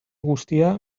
guztia